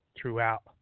throughout